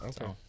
Okay